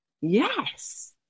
yes